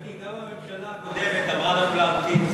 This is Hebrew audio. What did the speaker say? מיקי, גם הממשלה הקודמת אמרה לנו להמתין.